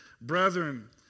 brethren